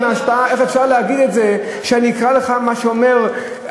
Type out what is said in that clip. איך אפשר להבין את זה כשאני אקרא לך מה שאומר העיתונאי